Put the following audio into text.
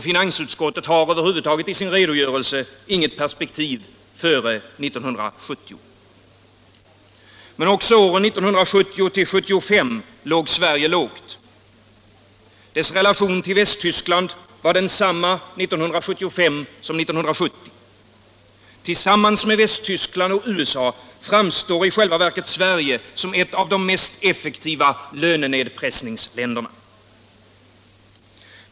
Finansutskottet har över huvud taget i sin redogörelse inget perspektiv före 1970. Men också åren 1970-1975 låg Sverige lågt. Dess relation till Västtyskland var densamma 1975 som 1970. Tillsammans med Västtyskland och USA framstår i själva verket Sverige som ett av de mest effektiva lönenedpressningsländerna.